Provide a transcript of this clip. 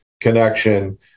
connection